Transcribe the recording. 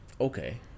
Okay